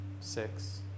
six